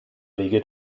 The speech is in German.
wege